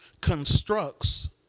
constructs